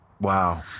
Wow